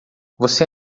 você